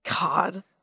God